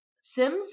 Sims